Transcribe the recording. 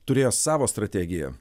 turėjo savo strategiją